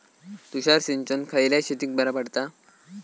तुषार सिंचन खयल्या शेतीक बरा पडता?